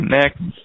next